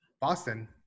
Boston